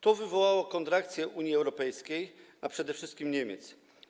To wywołało kontrakcję Unii Europejskiej, a przede wszystkim Niemiec.